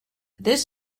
this